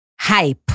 hype